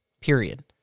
period